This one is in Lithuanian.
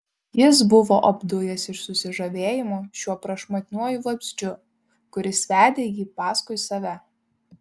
jis buvo apdujęs iš susižavėjimo šiuo prašmatniuoju vabzdžiu kuris vedė jį paskui save